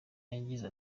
yagize